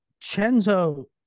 Chenzo